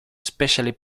especially